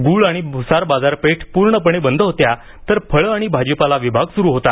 गुळ आणि भुसार बाजारपेठा पूर्णपणे बंद होत्या तर फळं आणि भाजीपाला विभाग सुरू होता